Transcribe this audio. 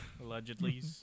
Allegedly